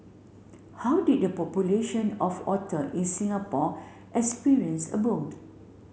how did the population of otter in Singapore experience a boom